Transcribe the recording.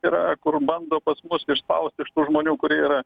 yra kur bando pas mus išspaust iš tų žmonių kurie yra